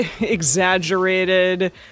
exaggerated